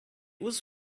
was